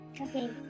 Okay